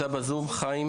בזום?